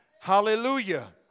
hallelujah